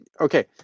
Okay